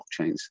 blockchains